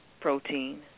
protein